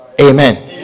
Amen